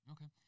Okay